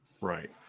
right